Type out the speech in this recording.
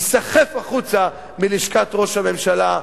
ייסחף החוצה מלשכת ראש הממשלה,